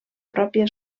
pròpia